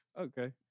Okay